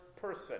person